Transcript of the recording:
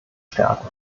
stärken